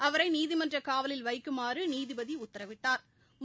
அவரை நீதிமன்ற காவலில் வைக்குமாறு நீதிபதி உத்தரவிட்டாா்